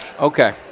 Okay